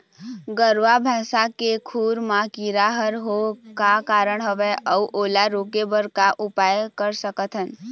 गरवा भैंसा के खुर मा कीरा हर होय का कारण हवए अऊ ओला रोके बर का उपाय कर सकथन?